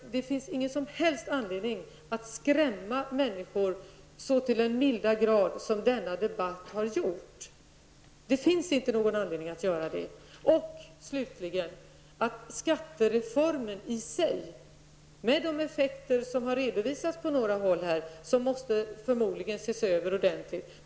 Det finns ingen som helst anledning att skrämma människor så till den milda grad som man har gjort i denna debatt. Låt mig slutligen säga att skattereformen i sig, med de effekter som här har redovisats, förmodligen måste ses över ordentligt.